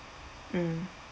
mm